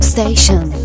Station